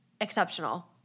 exceptional